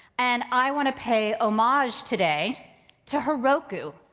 and i wanna pay a homage today to heroku,